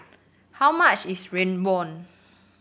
how much is rawon